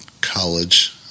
college